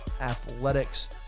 Athletics